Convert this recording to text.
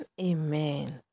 Amen